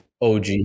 OG